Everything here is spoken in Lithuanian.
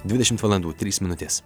dvidešimt valandų trys minutės